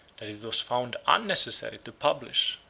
that it was found unnecessary to publish,